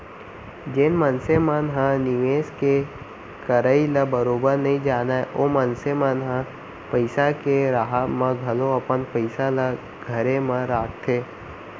जेन मनसे मन ह निवेस के करई ल बरोबर नइ जानय ओ मनसे मन ह पइसा के राहब म घलौ अपन पइसा ल घरे म राखथे